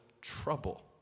trouble